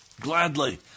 gladly